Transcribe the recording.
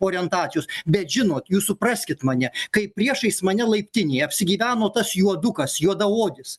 orientacijos bet žinot jūs supraskit mane kaip priešais mane laiptinėje apsigyveno tas juodukas juodaodis